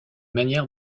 manière